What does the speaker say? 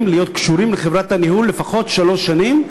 להיות קשורים לחברת הניהול לפחות שלוש שנים,